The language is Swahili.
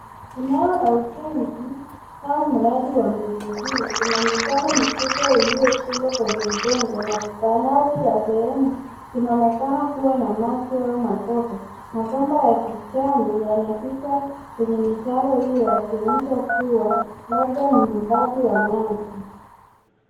Eneo la ujenzi au mradi wa miundombinu. Kuna mitaro kubwa iliyochimbwa kwenye udongo na baadhi ya sehemu zinaonekana kuwa na maji au matope. Mabomba ya kijani yanapita kwenye mitaro hio ikionyesha labda ni mradi wa maji.